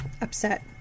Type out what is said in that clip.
upset